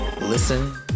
listen